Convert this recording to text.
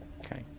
Okay